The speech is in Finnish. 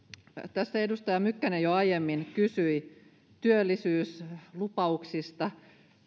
tässä edustaja mykkänen jo aiemmin kysyi työllisyyslupauksista